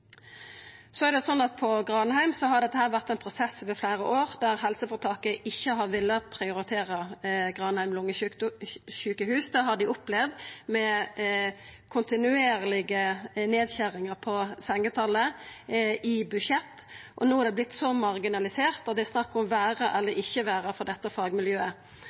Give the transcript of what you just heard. Så er det sånn at på Granheim har dette vore ein prosess over fleire år, der helseføretaket ikkje har villa prioritera Granheim lungesjukehus. Dei har opplevd kontinuerlige nedskjeringar i budsjetta kva gjeld sengetalet. No har det vorte så marginalisert at det er snakk om eit vera eller ikkje vera for dette fagmiljøet.